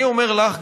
אני אומר לך,